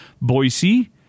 boise